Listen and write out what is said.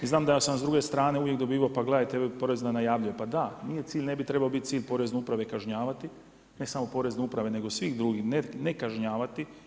I znam da sam s druge strane uvijek dobivao – pa gledajte porez … [[Govornik se ne razumije]] - pa da nije cilj, ne bi trebao biti cilj porezne uprave kažnjavati ne samo porezne uprave, nego svih drugih ne kažnjavati.